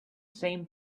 same